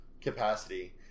capacity